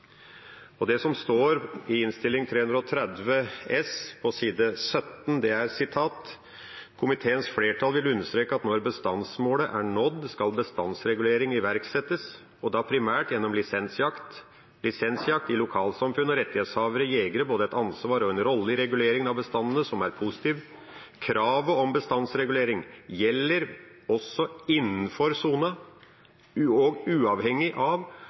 vilje. Det som står i Innst. 330 S for 2015–2016, på side 17, er følgende: «Komiteens flertall vil understreke at når bestandsmålet er nådd skal bestandsregulering iverksettes, og da primært gjennom lisensjakt. Lisensjakt gir lokalsamfunn og rettighetshavere/jegere både et ansvar og en rolle i reguleringen av bestandene som er positiv. Kravet om bestandsregulering gjelder også innenfor sona og uavhengig av